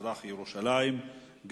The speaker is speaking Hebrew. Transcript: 1041 ו-1050 בנושא: הבנייה במזרח-ירושלים.